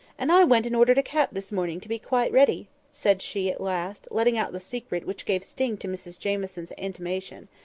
and i went and ordered a cap this morning, to be quite ready, said she at last, letting out the secret which gave sting to mrs jamieson's intimation.